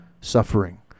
suffering